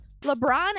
LeBron